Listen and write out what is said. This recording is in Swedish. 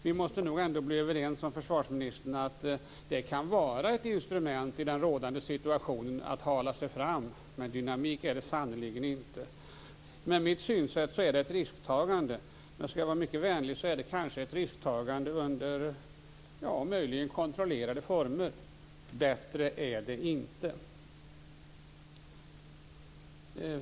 Vi måste nog bli överens, försvarsministern, om att anpassningen kan vara ett instrument i den rådande situationen att hala sig fram med - men dynamik är det sannerligen inte. Med mitt synsätt är detta ett risktagande. Skall jag vara mycket vänlig kan jag säga att det möjligen är ett risktagande under kontrollerade former. Bättre är det inte!